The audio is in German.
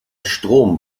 strom